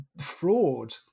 Fraud